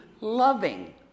loving